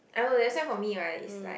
I know that's why for me like is like